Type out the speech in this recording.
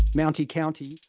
mounty county.